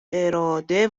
اراده